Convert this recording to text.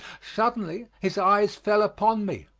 suddenly his eyes fell upon me,